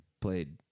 played